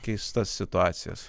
keistas situacijas